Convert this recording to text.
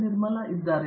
ನಿರ್ಮಲಾ ಇದ್ದಾರೆ